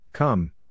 Come